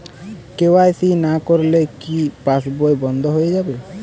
KYC না করলে কি পাশবই বন্ধ হয়ে যাবে?